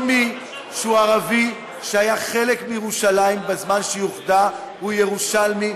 כל מי שהוא ערבי שהיה חלק מירושלים בזמן שהיא אוחדה הוא ירושלמי,